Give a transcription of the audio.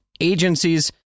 Agencies